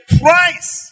price